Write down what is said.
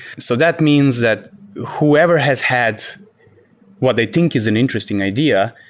so that means that whoever has had what they think is an interesting idea,